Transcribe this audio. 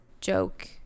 joke